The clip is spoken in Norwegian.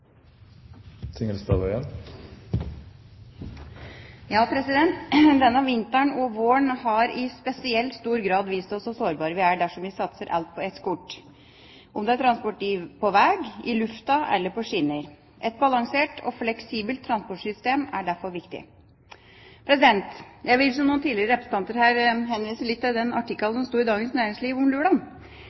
Denne vinteren og våren har i spesielt stor grad vist oss hvor sårbare vi er dersom vi satser alt på ett kort, om det er transport på vei, i lufta eller på skinner. Et balansert og fleksibelt transportsystem er derfor viktig. Jeg vil, som noen representanter tidligere her, henvise til artikkelen som sto i Dagens Næringsliv